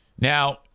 Now